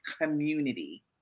community